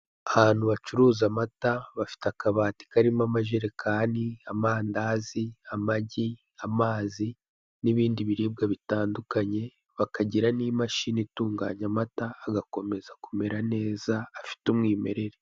Ahantu bacuruza amata bafite akabati karimo amajerekani, amandazi, amagi, amazi n'ibindi biribwa bitandukanye bakagira n'imashini itunganya amata agakomeza kumera neza afite umwimerere.